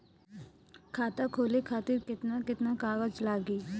खाता खोले खातिर केतना केतना कागज लागी?